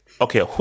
okay